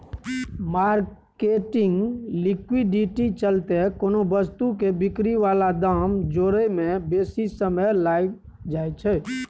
marketing liquidity चलते कोनो वस्तु के बिक्री बला दाम जोड़य में बेशी समय लागइ छइ